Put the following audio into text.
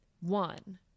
one